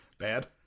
bad